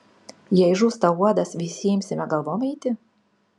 jei žūsta uodas visi imsime galvom eiti